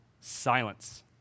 silence